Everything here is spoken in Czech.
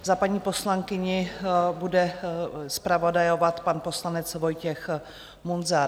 Za paní poslankyni bude zpravodajovat pan poslanec Vojtěch Munzar.